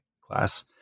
class